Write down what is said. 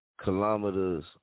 kilometers